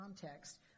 context